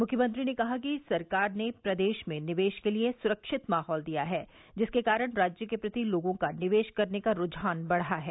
मुख्यमंत्री ने कहा कि सरकार ने प्रदेश में निवेश के लिये स्रक्षित माहौल दिया है जिसके कारण राज्य के प्रति लोगों का निवेश करने का रूझान बढ़ा है